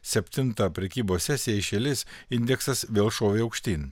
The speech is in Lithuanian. septintą prekybos sesiją iš eilės indeksas vėl šovė aukštyn